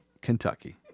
Kentucky